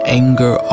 anger